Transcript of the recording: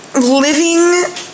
living